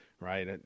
right